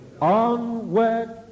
Onward